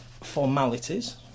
formalities